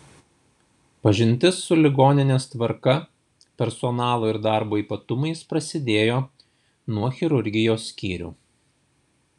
pažintis su ligoninės tvarka personalo ir darbo ypatumais prasidėjo nuo chirurgijos skyrių